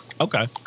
Okay